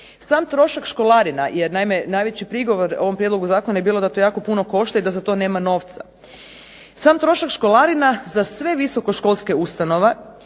Sam trošak školarina, jer naime najveći prigovor ovom prijedlogu zakona je bilo da to jako puno košta i da za to nema novca. Sam trošak školarina za sve visoko školske ustanove